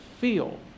feel